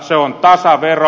se on tasavero